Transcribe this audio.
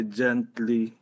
gently